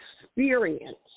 experience